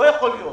לא יכול להיות